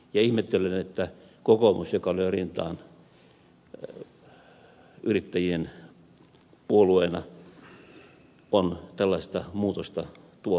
ihmettelen että kokoomus joka lyö rintaan yrittäjien puolueena on tällaista muutosta tuomassa